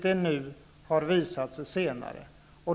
Det har visat sig senare.